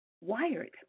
wired